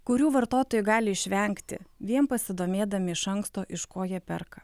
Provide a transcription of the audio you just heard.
kurių vartotojai gali išvengti vien pasidomėdami iš anksto iš ko jie perka